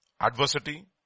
adversity